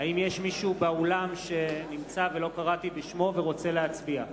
האם יש מישהו באולם שנמצא ולא קראתי בשמו ורוצה להצביע?